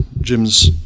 Jim's